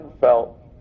felt